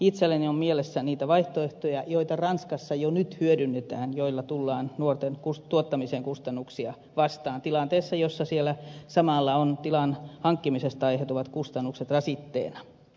itselläni on mielessä niitä vaihtoehtoja joita ranskassa jo nyt hyödynnetään joilla tullaan nuorten tuottamisen kustannuksia vastaan tilanteessa jossa siellä samalla on tilan hankkimisesta aiheutuvat kustannukset rasitteena